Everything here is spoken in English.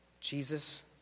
Jesus